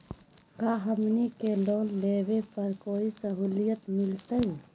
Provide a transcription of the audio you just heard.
का हमनी के लोन लेने पर कोई साहुलियत मिलतइ?